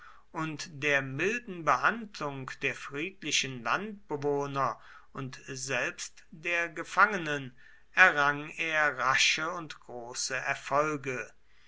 und der milden behandlung der friedlichen landbewohner und selbst der gefangenen errang er rasche und große erfolge